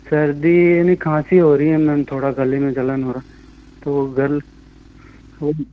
सर्दी यानी खांसी हो रही है मैम थोड़ा गले में जलन वगैरह तो गल